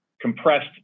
compressed